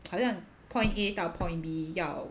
好像 point A 到 point B 要